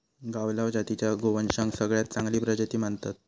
गावलाव जातीच्या गोवंशाक सगळ्यात चांगली प्रजाती मानतत